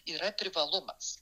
yra privalumas